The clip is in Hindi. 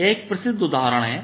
यह एक प्रसिद्ध उदाहरण है